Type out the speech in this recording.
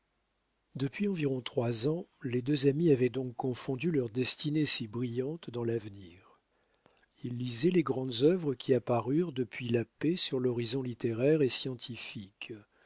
depuis environ trois ans les deux amis avaient donc confondu leurs destinées si brillantes dans l'avenir il lisaient les grandes œuvres qui apparurent depuis la paix sur l'horizon littéraire et scientifique